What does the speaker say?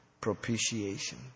propitiation